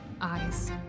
eyes